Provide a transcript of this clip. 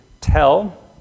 tell